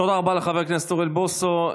תודה רבה לחבר הכנסת אוריאל בוסו.